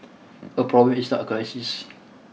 a problem is not a crisis